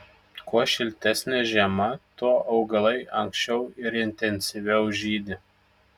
kuo šiltesnė žiema tuo augalai anksčiau ir intensyviau žydi